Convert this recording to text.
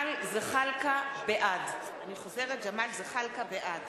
זחאלקה, בעד